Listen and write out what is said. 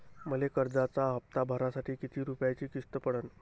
मले कर्जाचा हप्ता भरासाठी किती रूपयाची किस्त पडन?